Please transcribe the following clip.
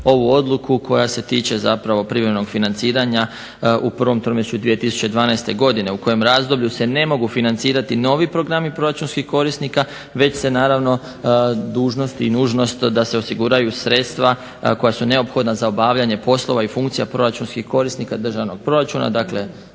ovu odluku koja se tiče privremenog financiranja u prvom tromjesečju 2012. godine u kojem razdoblju se ne mogu financirati novi programi proračunskih korisnika već se naravno dužnost i nužnost da se osiguraju sredstava koja su neophodna za obavljanje poslova i funkcija proračunskih korisnika državnog proračuna, dakle